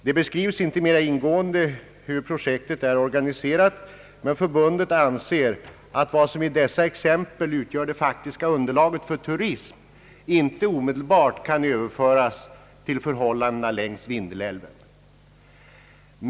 Det beskrivs inte mera ingående hur USA-projekten är organiserade, men förbundet anser att vad som i dessa exempel utgör det faktiska underlaget för turism inte omedelbart kan överföras till förhållandena längs Vindelälven.